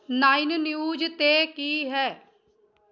nine news 'ਤੇ ਕੀ ਹੈ